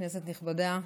כנסת נכבדה,